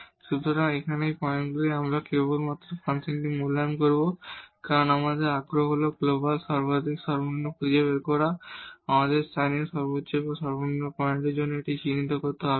সুতরাং এখানে এই পয়েন্টগুলি আমরা কেবল ফাংশনটি মূল্যায়ন করব কারণ আমাদের আগ্রহ হল গ্লোবাল মাক্সিমাম মিনিমাম খুঁজে বের করা আমাদের লোকাল মাক্সিমাম মিনিমাম জন্য এই পয়েন্টটি চিহ্নিত করতে হবে না